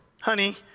honey